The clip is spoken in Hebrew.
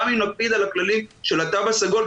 גם אם נקפיד על הכללים של התו הסגול.